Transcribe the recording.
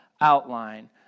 outline